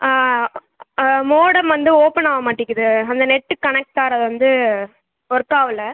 modem வந்து ஓப்பன்னாக மாட்டேங்குது அந்த நெட் கனெக்ட் ஆவது வந்து ஒர்க்காகல